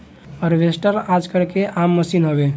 harvester आजकल के आम मसीन हवे